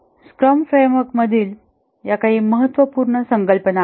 scrum फ्रेमवर्कमधील या काही महत्त्वपूर्ण संकल्पना आहेत